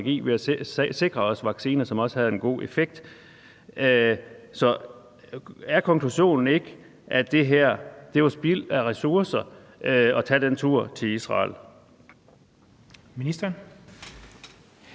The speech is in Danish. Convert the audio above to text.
ved at sikre os vacciner, som også havde en god effekt. Så er konklusionen ikke, at det var spild af ressourcer at tage den tur til Israel?